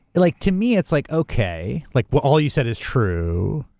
like to me it's like, okay, like what all you said is true.